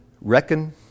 Reckon